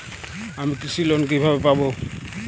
আমি কৃষি লোন কিভাবে পাবো?